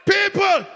People